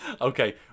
Okay